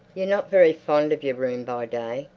you're not very fond of your room by day.